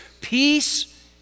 peace